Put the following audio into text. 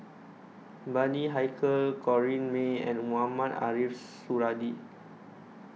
Bani Haykal Corrinne May and Mohamed Ariff Suradi